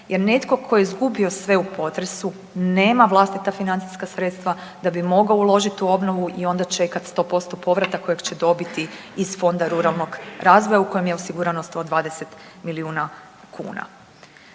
Jer netko tko je izgubio sve u potresu nema vlastita financijska sredstva da bi mogao uložiti u obnovu i onda čekati sto posto povratak koji će dobiti iz Fonda ruralnog razvoja u kojem je osigurano 120 milijuna kuna.